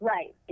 Right